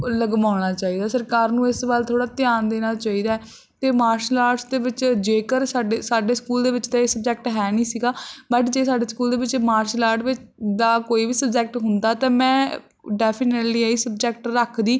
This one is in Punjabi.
ਲਗਵਾਉਣਾ ਚਾਹੀਦਾ ਸਰਕਾਰ ਨੂੰ ਇਸ ਵੱਲ ਥੋੜ੍ਹਾ ਧਿਆਨ ਦੇਣਾ ਚਾਹੀਦਾ ਹੈ ਅਤੇ ਮਾਰਸ਼ਲ ਆਟਸ ਦੇ ਵਿੱਚ ਜੇਕਰ ਸਾਡੇ ਸਾਡੇ ਸਕੂਲ ਦੇ ਵਿੱਚ ਤਾਂ ਇਹ ਸਬਜੈਕਟ ਹੈ ਨਹੀਂ ਸੀਗਾ ਬੱਟ ਜੇ ਸਾਡੇ ਸਕੂਲ ਦੇ ਵਿੱਚ ਇਹ ਮਾਰਸ਼ਲ ਆਟਸ ਵਿੱਚ ਦਾ ਕੋਈ ਵੀ ਸਬਜੈਕਟ ਹੁੰਦਾ ਤਾਂ ਮੈਂ ਡੈਫੀਨੇਟਲੀ ਇਹ ਸਬਜੈਕਟ ਰੱਖਦੀ